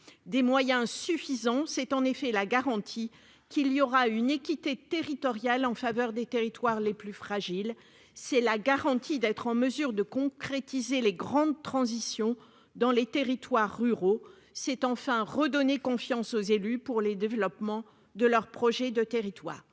des moyens suffisants, c'est en effet la garantie qu'il y aura une équité territoriale en faveur des territoires les plus fragiles, c'est la garantie d'être en mesure de concrétiser les grandes transitions dans les territoires ruraux c'est enfin redonner confiance aux élus pour les développements de leurs projets de territoire